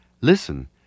Listen